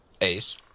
Ace